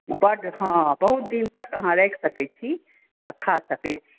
बड्ड हँ बहुत दिन तक अहाँ राखि सकैत छी आ खा सकैत छी